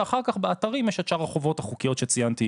ואחר כך באתרים יש את שאר החובות החוקיות שציינתי,